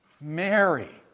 Mary